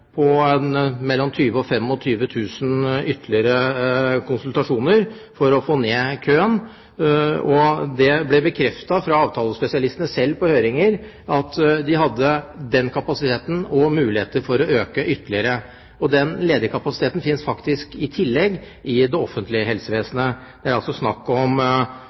på mellom 20 000 og 25 000 ytterligere konsultasjoner for å få ned køen, og avtalespesialistene bekreftet selv på høringer at de hadde kapasitet til og muligheter for å øke ytterligere. Den ledige kapasiteten finnes faktisk i tillegg i det offentlige helsevesenet. Det er altså snakk om